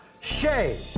Shay